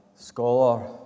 scholar